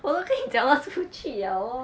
我都跟你讲 lor 出去了 lor